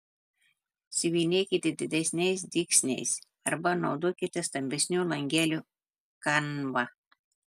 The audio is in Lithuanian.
siuvinėkite didesniais dygsniais arba naudokite stambesnių langelių kanvą